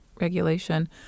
regulation